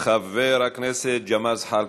חבר הכנסת ג'מאל זחאלקה,